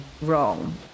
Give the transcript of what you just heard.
wrong